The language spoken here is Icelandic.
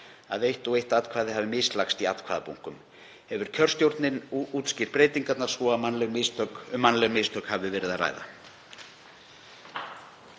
að „eitt og eitt atkvæði hafi mislagst í atkvæðabunkum“. Hefur kjörstjórnin útskýrt breytingarnar svo að um „mannleg mistök“ hafi verið að ræða.